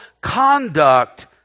conduct